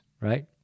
right